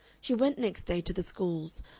she went next day to the schools,